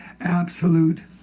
absolute